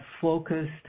focused